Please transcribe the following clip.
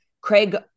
Craig